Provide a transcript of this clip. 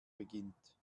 beginnt